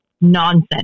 nonsense